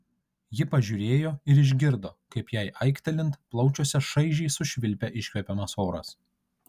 ji pažiūrėjo ir išgirdo kaip jai aiktelint plaučiuose šaižiai sušvilpia iškvepiamas oras